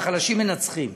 והחלשים מנצחים,